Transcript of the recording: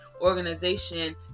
organization